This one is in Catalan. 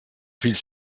fills